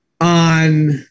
on